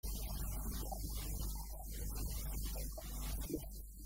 יחסים של שליטה, במידה רבה, כן, של בנק ומשכנתא, או אנחנו יודעים ב...